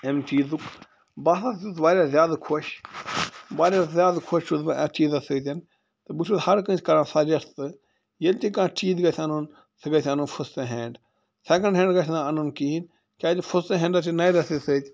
اَمہِ چیٖزُک بہٕ ہسا چھُس واریاہ زیادٕ خۄش واریاہ زیادٕ خۄش چھُس بہٕ اَتھ چیٖزَس سۭتۍ تہٕ بہٕ چھُس ہر کٲنٛسہِ کَران سَجیٚسٹ ییٚلہِ تہِ کانٛہہ چیٖز گژھہِ اَنُن سُہ گژھہِ اَنُن فٔرسٹہٕ ہینٛڈ سیٚکنٛڈ ہینٛڈ گژھہِ نہٕ اَنُن کِہیٖنۍ کیٛازِ فٔرسٹہٕ ہینٛڈَس چھُِ نَیرسٕے سۭتۍ